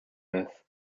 myth